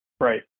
right